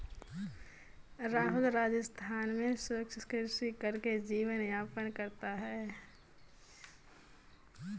राहुल राजस्थान में शुष्क कृषि करके जीवन यापन करता है